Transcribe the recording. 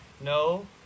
No